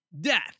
Death